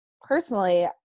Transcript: personally